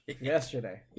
Yesterday